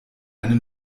eine